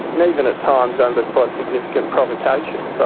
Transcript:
and even at times under quite significant provocation, so